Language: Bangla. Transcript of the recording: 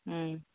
হুম